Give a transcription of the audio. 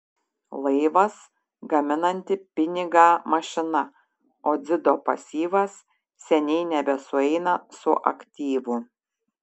laivas gaminanti pinigą mašina o dzido pasyvas seniai nebesueina su aktyvu